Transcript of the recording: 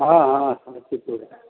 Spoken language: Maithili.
हँ हँ समस्तीपुर